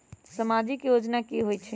समाजिक योजना की होई छई?